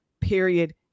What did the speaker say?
Period